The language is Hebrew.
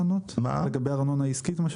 האם לענות לגבי ארנונה עסקית?